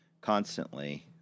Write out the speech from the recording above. Constantly